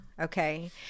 okay